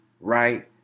right